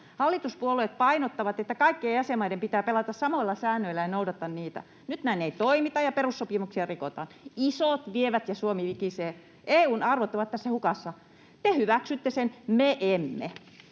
Hallituspuolueet painottavat, että kaikkien jäsenmaiden pitää pelata samoilla säännöillä ja noudattaa niitä. Nyt näin ei toimita ja perussopimuksia rikotaan. Isot vievät, ja Suomi vikisee. EU:n arvot ovat tässä hukassa. Te hyväksytte sen, me emme.